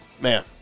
man